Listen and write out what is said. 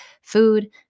food